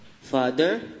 Father